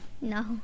No